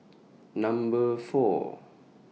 Number four